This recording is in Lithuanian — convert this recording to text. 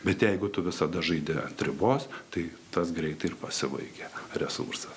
bet jeigu tu visada žaidi ant ribos tai tas greitai ir pasibaigia resursas